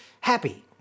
happy